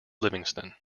livingston